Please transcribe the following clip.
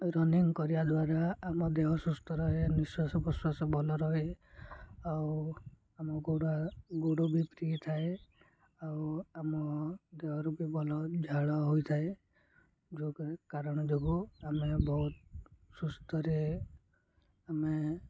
running କରିବା ଦ୍ୱାରା ଆମ ଦେହ ସୁସ୍ଥ ରହେ ନିଶ୍ୱସ ପ୍ରଶ୍ଵାସ ଭଲ ରହେ ଆଉ ଆମ ଗୋଡ଼ ଗୋଡ଼ ବି ଫ୍ରି ଥାଏ ଆଉ ଆମ ଦେହରୁ ବି ଭଲ ଝାଳ ହେଇଥାଏ ଯେଉଁ କାରଣ ଯୋଗୁଁ ଆମେ ବହୁତ ସୁସ୍ଥରେ ଆମେ